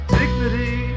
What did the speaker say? dignity